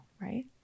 right